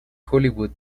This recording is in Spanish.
hollywood